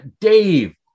Dave